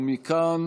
ומכאן,